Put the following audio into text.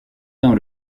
dans